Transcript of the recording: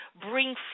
bring